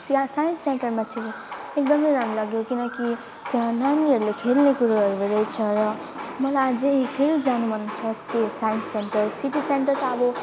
सिया साइन्स सेन्टरमा चाहिँ नि एकदमै राम्रो लाग्यो किनकि त्यहाँ नानीहरूले खेल्ने कुरोहरू रहेछ र मलाई अझै फेरि जानु मन छ स साइन्स सेन्टर सिटी सेन्टर त अब